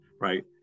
right